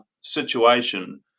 situation